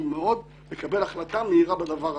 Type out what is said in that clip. מאוד לקבלת החלטה מהירה בדבר הזה.